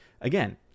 Again